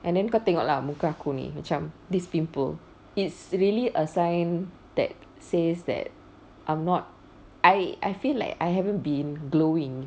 and then kau tengok lah muka aku ni macam this pimple it's really a sign that says that I'm not I I feel like I haven't been glowing